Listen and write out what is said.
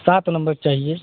सात नंबर चाहिए